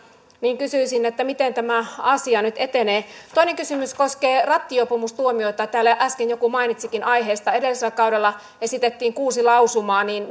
kysyisin miten tämä asia nyt etenee toinen kysymys koskee rattijuopumustuomioita täällä äsken joku mainitsikin aiheesta kun edellisellä kaudella esitettiin kuusi lausumaa niin